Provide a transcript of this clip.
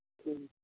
हूॅं